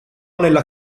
nella